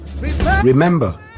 Remember